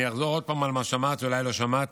אני אחזור עוד פעם על מה שאמרתי, אולי לא שמעת: